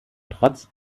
trotz